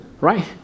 right